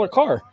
car